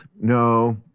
No